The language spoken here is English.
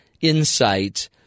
insight